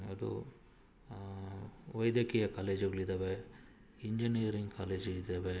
ಅದು ವೈದ್ಯಕೀಯ ಕಾಲೇಜುಗಳಿದಾವೆ ಇಂಜಿನೀಯರಿಂಗ್ ಕಾಲೇಜಿ ಇದಾವೆ